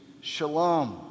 shalom